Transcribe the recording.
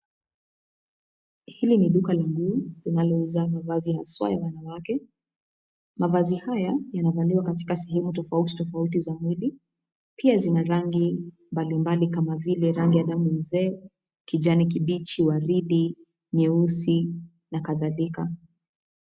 Hili ni duka la nguo linalouza mavazi haswa ya wanawake. Mavazi haya yanavaliwa katika sehemu tofauti tofauti za mwili pia zina rangi mbalimbali kama vile rangi ya damu mzee, kijani kibichi, waridi , nyeusi na kadhalika.